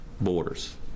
borders